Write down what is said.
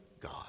God